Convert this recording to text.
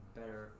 better